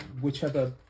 whichever